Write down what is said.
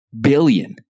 billion